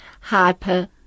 Hyper